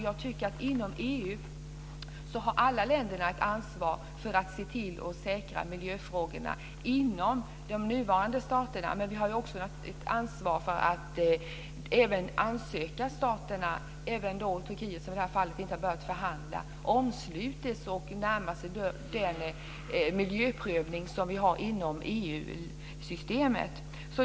Jag tycker att alla länder inom EU har ett ansvar för att se till att säkra miljöfrågorna inom EU:s nuvarande stater, men vi har också ett ansvar för att även ansökarstaterna, även Turkiet som inte har börjat förhandla, omslutes och närmar sig den miljöprövning som vi har inom EU-systemet.